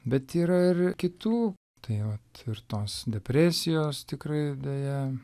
bet yra ir kitų tai vat ir tos depresijos tikrai deja